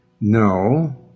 No